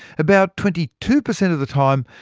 about twenty two percent of the time,